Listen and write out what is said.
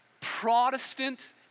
Protestant